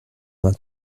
vingt